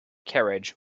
carriage